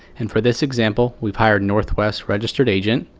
and for this example, we've hired northwest registered agent.